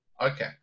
Okay